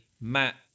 Matt